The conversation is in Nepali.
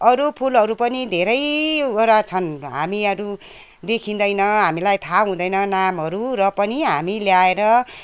अरू फुलहरू पनि धेरैवटा छन् हामीहरू देखिँदैन हामीलाई थाहा हुँदैन नामहरू र पनि हामी ल्याएर